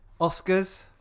Oscars